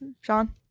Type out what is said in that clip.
Sean